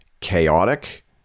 chaotic